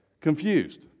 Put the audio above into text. confused